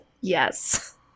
yes